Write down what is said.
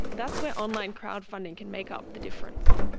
that's where online crowdfunding can make up the difference.